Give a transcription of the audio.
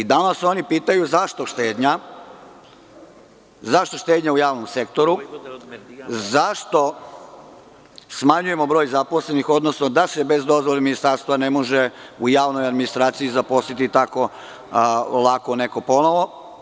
Danas oni pitaju – zašto štednja u javnom sektoru, zašto smanjujemo broj zaposlenih, odnosno da se bez dozvole ministarstva ne može u javnoj administraciji zaposliti tako lako neko ponovo?